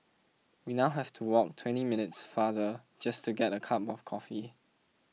we now have to walk twenty minutes farther just to get a cup of coffee